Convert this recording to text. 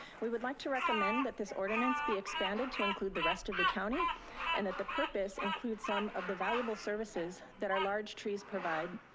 we would like to recommend that this ordinance be expanded to include the rest of the county and that the purpose include some of the valuable services that our large trees provide.